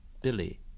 Billy